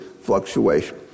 fluctuation